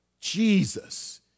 Jesus